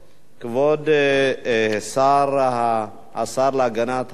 כבוד השר להגנת העורף,